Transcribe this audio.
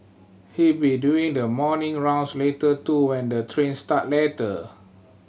he be doing the morning rounds later too when the trains start later